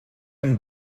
and